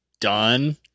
done